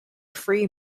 free